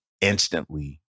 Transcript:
instantly